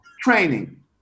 training